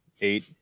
eight